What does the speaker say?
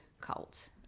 cult